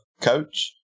coach